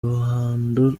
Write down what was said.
ruhando